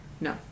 No